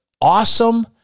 awesome